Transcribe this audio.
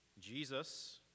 Jesus